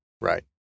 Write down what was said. Right